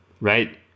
right